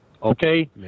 Okay